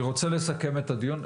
אני רוצה לסכם את הדיון,